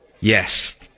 yes